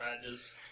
badges